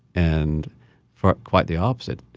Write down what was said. and for quite the opposite,